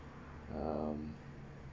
um